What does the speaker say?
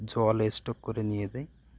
জল স্টোর করে নিয়ে যাই